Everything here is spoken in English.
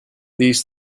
these